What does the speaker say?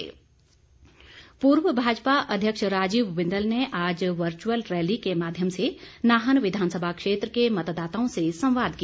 बिंदल पूर्व भाजपा अध्यक्ष राजीव बिंदल ने आज वर्चुअल रैली के माध्यम से नाहन विधानसभा क्षेत्र के मतदाताओं से संवाद किया